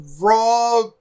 raw